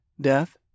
death